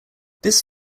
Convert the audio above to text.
this